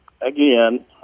again